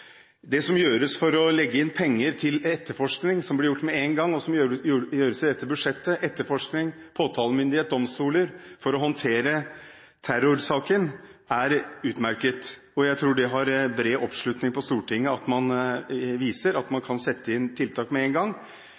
som gjøres i dette budsjettet – etterforskning, påtalemyndighet, domstoler – for å håndtere terrorsaken er utmerket. Jeg tror det har bred oppslutning på Stortinget om at man viser at man kan sette inn tiltak med en gang.